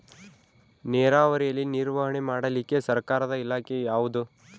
ನೇರಾವರಿಯಲ್ಲಿ ನಿರ್ವಹಣೆ ಮಾಡಲಿಕ್ಕೆ ಸರ್ಕಾರದ ಇಲಾಖೆ ಯಾವುದು?